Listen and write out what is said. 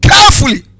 Carefully